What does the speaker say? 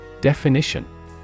Definition